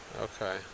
okay